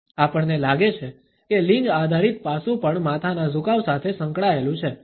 આપણને લાગે છે કે લિંગ આધારિત પાસું પણ માથાના ઝુકાવ સાથે સંકળાયેલું છે